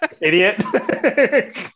Idiot